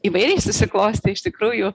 įvairiai susiklostė iš tikrųjų